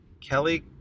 Kelly